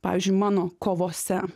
pavyzdžiui mano kovose